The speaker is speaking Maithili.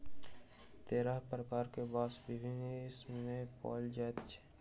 तेरह प्रकार के बांस विश्व मे पाओल जाइत अछि